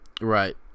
Right